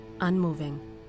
unmoving